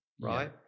right